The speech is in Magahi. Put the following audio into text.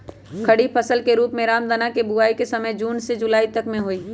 खरीफ फसल के रूप में रामदनवा के बुवाई के समय जून से जुलाई तक में हई